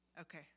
Okay